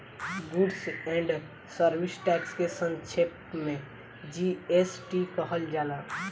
goods and service tax के संक्षेप में जी.एस.टी कहल जाला